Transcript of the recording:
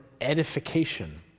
edification